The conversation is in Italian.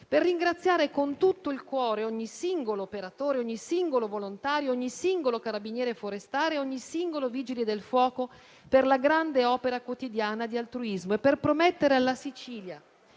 per ringraziare con tutto il cuore ogni singolo operatore, ogni singolo volontario, ogni singolo carabiniere forestale e ogni singolo vigile del fuoco per la grande opera quotidiana di altruismo e per promettere alla Sicilia,